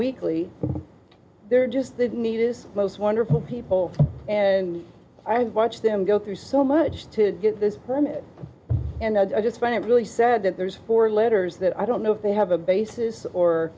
weekly they're just that need is most wonderful people and i've watched them go through so much to get this permit and i just find it really sad that there's four letters that i don't know if they have a basis